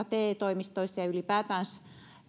te toimistoissa ja ylipäätänsä